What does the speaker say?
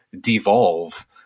devolve